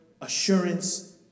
assurance